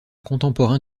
contemporain